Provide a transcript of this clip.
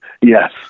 Yes